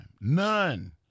None